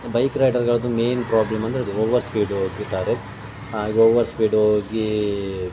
bike ರೈಡರ್ಗಳದ್ದು main problem ಅಂದರೆ ಅದು ಓವರ್ ಸ್ಪೀಡ್ ಹೋಗುತ್ತಾರೆ ಹಾಗೆ ಓವರ್ ಸ್ಪೀಡ್ಹೋಗಿ